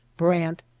brant,